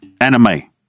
anime